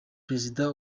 perezida